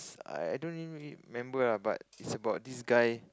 I don't really remember lah but is about this guy